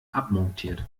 abmontiert